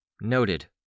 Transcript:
Noted